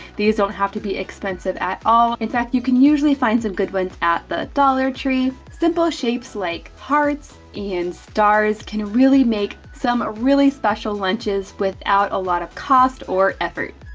these don't have to be expensive at all. in fact, you can usually find some good ones at the dollar tree. simple shapes like hearts, and stars, can really make some really special lunches without a lot of cost, or effort.